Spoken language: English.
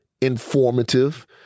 informative